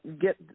get